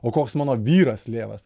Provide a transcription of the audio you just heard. o koks mano vyras lievas